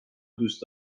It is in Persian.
دوست